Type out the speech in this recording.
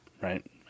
right